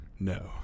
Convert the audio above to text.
No